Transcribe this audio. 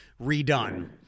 redone